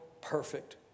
perfect